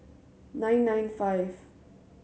nine nine five